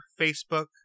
Facebook